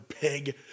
pig